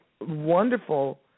wonderful